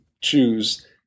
choose